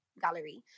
gallery